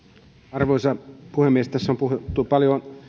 arvoisa puhemies tässä on puhuttu paljon